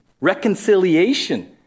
Reconciliation